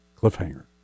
Cliffhanger